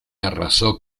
arrasó